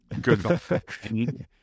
good